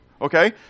Okay